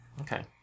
okay